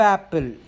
Apple